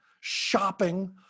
shopping